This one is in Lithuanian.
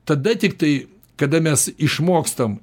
tada tiktai kada mes išmokstam